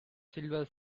silver